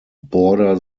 border